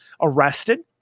arrested